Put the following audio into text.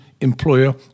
employer